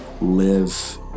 live